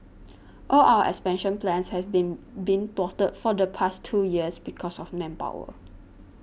all our expansion plans have been been thwarted for the past two years because of manpower